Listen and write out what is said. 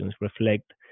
reflect